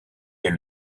est